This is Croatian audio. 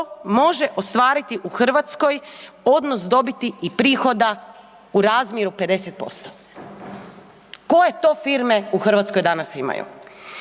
može ostvariti u Hrvatskoj, odnos dobiti i prihoda u razmjeru 50%. Koje to firme u Hrvatskoj danas imaju?